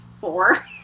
four